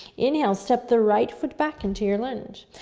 inhale, step the right foot back into your lunge.